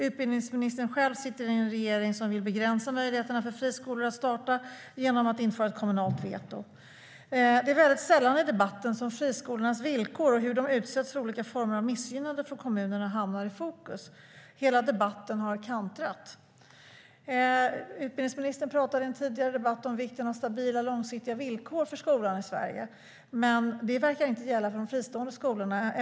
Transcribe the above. Utbildningsministern själv sitter i en regering som vill begränsa möjligheterna för friskolor att starta genom att införa ett kommunalt veto. Det är sällan i debatten som friskolornas villkor och hur de utsätts för olika former av missgynnande från kommunerna hamnar i fokus. Hela debatten har kantrat. Utbildningsministern talade i en tidigare debatt om vikten av stabila och långsiktiga villkor för skolan i Sverige. Men det verkar inte gälla de fristående skolorna.